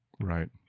Right